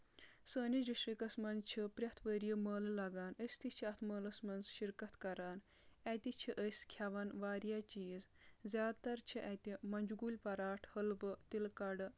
سٲنِس ڈِسٹرکَس منٛز چھِ پرؠتھ ؤری مٲلہٕ لگان أسۍ تہِ چھِ اَتھ مٲلَس منٛز شرکت کَران اَتہِ چھِ أسۍ کھؠوان واریاہ چیٖز زیادٕ تر چھِ اَتہِ مۄنٛجہِ گُلۍ پراٹھ حلبہٕ تِلہٕ کَرٕ